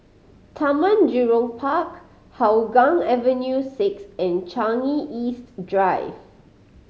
Taman Jurong Park Hougang Avenue Six and Changi East Drive